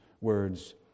words